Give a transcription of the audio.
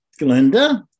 Glenda